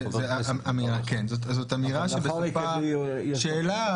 זאת אמירה שבסופה שאלה,